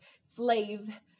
slave